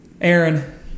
Aaron